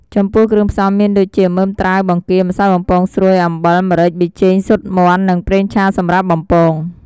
ចំពោះគ្រឿងផ្សំមានដូចជា មើមត្រាវ បង្គា ម្សៅបំពងស្រួយ អំបិល ម្រេច ប៊ីចេង ស៊ុតមាន់ និងប្រេងឆាសម្រាប់បំពង។